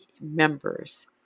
members